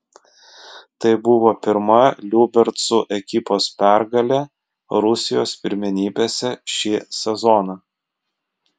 tai buvo pirma liubercų ekipos pergalė rusijos pirmenybėse šį sezoną